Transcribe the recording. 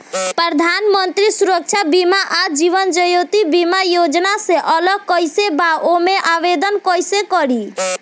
प्रधानमंत्री सुरक्षा बीमा आ जीवन ज्योति बीमा योजना से अलग कईसे बा ओमे आवदेन कईसे करी?